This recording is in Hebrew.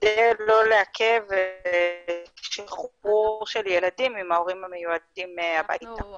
כדי לא לעכב חיבור של ילדים עם ההורים הביולוגיים לקחת אותם הביתה,